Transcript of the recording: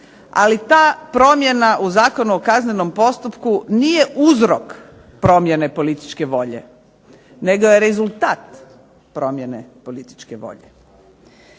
ali ta promjena u Zakonu o kaznenom postupku nije uzrok promjene političke volje nego je rezultat promjene političke volje.